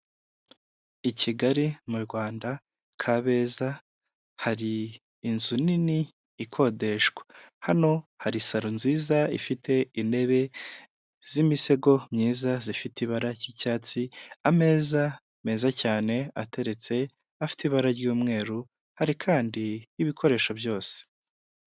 I Kigali mu Rwanda Kabeza hari inzu nini ikodeshwa. Hano hari saro nziza ifite intebe z'imisego myiza zifite ibara ry'icyatsi, ameza meza cyane ateretse afite ibara ry'umweru, hari kandi n'ibikoresho byose.